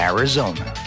Arizona